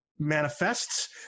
manifests